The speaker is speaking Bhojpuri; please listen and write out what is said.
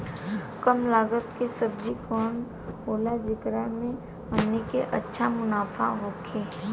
कम लागत के सब्जी कवन होला जेकरा में हमनी के अच्छा मुनाफा होखे?